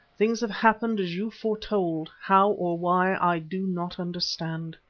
things have happened as you foretold, how or why i do not understand.